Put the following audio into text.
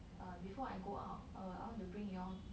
err before I go out err I want to bring you all